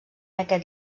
aquest